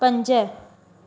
पंज